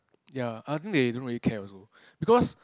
ya I think they don't really care also because